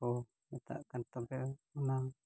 ᱠᱚ ᱢᱮᱛᱟᱜ ᱠᱟᱱ ᱛᱚᱵᱮ ᱚᱱᱟ